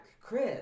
Chris